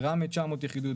ברמה 900 יחידות,